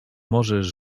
możesz